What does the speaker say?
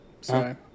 sorry